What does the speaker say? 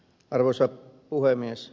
arvoisa puhemies